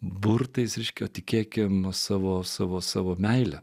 burtais reiškia tikėkime savo savo savo meile